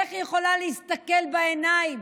איך היא יכולה להסתכל בעיניים